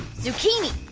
zucchini,